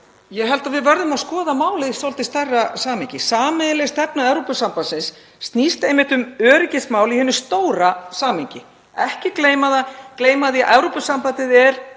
Ég held að við verðum að skoða málið í svolítið stærra samhengi. Sameiginleg stefna Evrópusambandsins snýst einmitt um öryggismál í hinu stóra samhengi. Ekki gleyma því að Evrópusambandið er